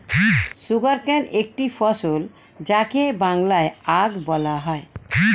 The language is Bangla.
সুগারকেন একটি ফসল যাকে বাংলায় আখ বলা হয়